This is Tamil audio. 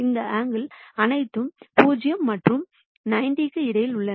இந்த ஆங்கில்கள் அனைத்தும் 0 மற்றும் 90 க்கு இடையில் உள்ளன